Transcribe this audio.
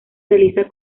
realiza